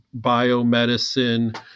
biomedicine